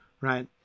right